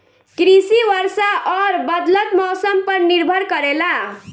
कृषि वर्षा और बदलत मौसम पर निर्भर करेला